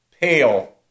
pale